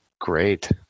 great